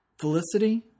Felicity